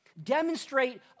demonstrate